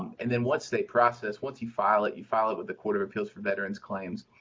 and then once they process, once you file it, you file it with the court of appeals for veterans claims,